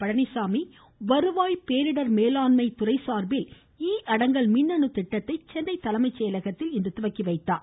பழனிச்சாமி வருவாய் பேரிடர் மேலாண்மை துறை சார்பில் இ அடங்கல் மின்னணு திட்டத்தை சென்னை தலைமை செயலகத்தில் இன்று துவக்கிவைத்தார்